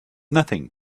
nothing